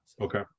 Okay